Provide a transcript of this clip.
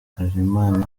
harerimana